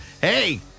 hey